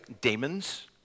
demons